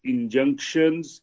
injunctions